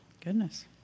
Goodness